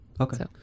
Okay